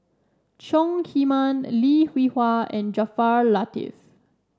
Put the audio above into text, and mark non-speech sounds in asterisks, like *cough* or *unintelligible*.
Chong Heman Lim Hwee Hua and Jaafar *unintelligible*